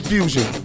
Fusion